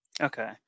Okay